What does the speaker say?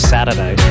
Saturday